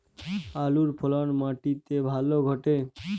আলুর ফলন মাটি তে ভালো ঘটে?